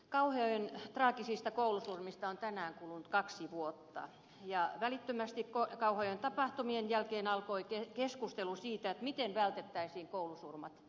kauhajoen traagisista koulusurmista on tänään kulunut kaksi vuotta ja välittömästi kauhajoen tapahtumien jälkeen alkoi keskustelu siitä miten vältettäisiin koulusurmat